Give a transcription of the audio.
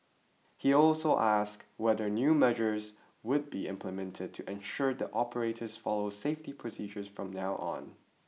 he also ask whether new measures would be implemented to ensure the operators follow safety procedures from now on